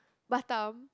Batam